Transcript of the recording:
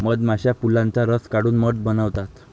मधमाश्या फुलांचा रस काढून मध बनवतात